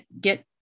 get